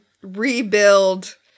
rebuild